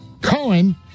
Cohen